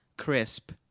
Crisp